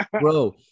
Bro